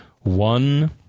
one